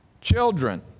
Children